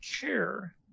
care